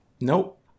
Nope